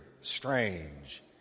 strange